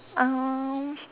um